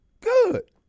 Good